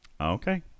Okay